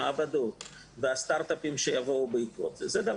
מעבדות וסטארט אפים שיבואו בעקבות זה.